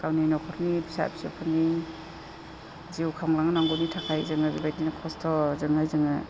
गावनि न'खरनि फिसा फिसौनि जिउ खांलांनांगौनि थाखाय जोङो बेबायदिनो खस्थ'जोंनो जोङो